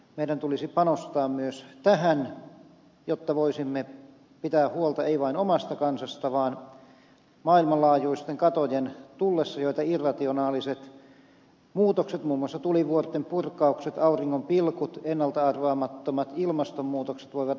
meillä tulisi panostaa myös tähän jotta voisimme pitää huolta ei vain omasta kansasta vaan maailmanlaajuisten katojen tullessa joita irrationaaliset muutokset muun muassa tulivuorten purkaukset auringonpilkut ja ennalta arvaamattomat ilmastonmuutokset voivat aiheuttaa